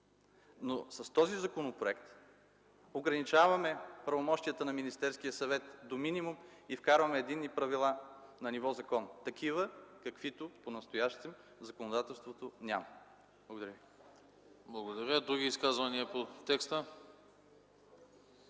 Но с този законопроект ограничаваме правомощията на Министерския съвет до минимум и вкарваме единни правила на ниво закон – такива, каквито понастоящем законодателството няма. Благодаря. ПРЕДСЕДАТЕЛ АНАСТАС АНАСТАСОВ: Благодаря. Други изказвания по текста?